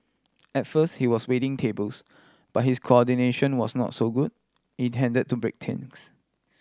at first he was waiting tables but his coordination was not so good tend to break